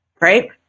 Right